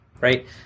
right